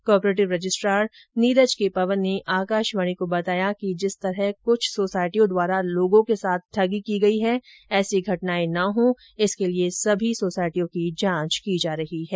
cooperative registrar Neeraj के पवन ने आकाशवाणी को बताया कि जिस तरह कुछ सोसाइटियों द्वारा लोगों के साथ ठगी की गई है ऐसी घटनाएं न हो इसके लिए सभी कॉपरेटिव सोसाइटियों की जांच की जा रही है